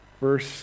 Verse